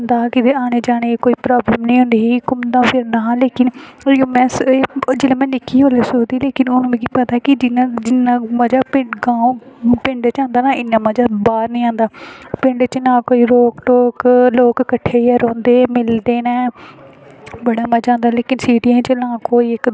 स्हानू बी कोई मज़ा आंदा हा कि स्हानू बी कोई आने जाने दियां प्रॉब्लमां निं होनी ही उऐ घुम्मना फिरना हा ते ओह् जेल्लै निक्की ही ओल्लै सोचदी ही हून मिगी पता ऐ कि जिन्ना मज़ा पिंड गांव च होंदा ऐ ना उन्ना मज़ा बाहर निं होंदा पिंड च ना कोई रोक टोक लोग किट्ठे गै रौहंदे मिलियै मिलदे न बड़ा मज़ा आंदा ऐ पर सिटी तुस आक्खो ना